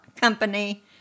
company